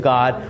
God